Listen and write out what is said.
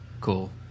Cool